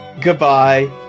Goodbye